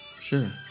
Sure